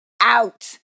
out